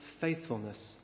faithfulness